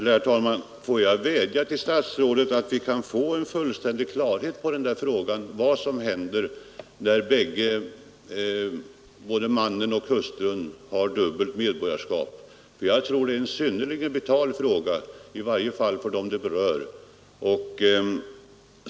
Herr talman! Får jag vädja till statsrådet om att få ett fullständigt klargörande av vad som händer när både mannen och hustrun har dubbelt medborgarskap. Jag tror att det är en synnerligen vital fråga, i varje fall för dem den berör.